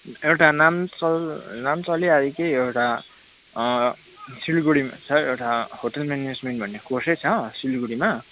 एउटा नाम चल नाम चली आएकै एउटा सिलगढीमा छ एउटा होटल म्यानेजमेन्ट भन्ने कोर्सै छ सिलगढीमा